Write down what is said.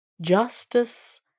justice